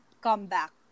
comeback